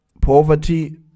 poverty